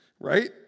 Right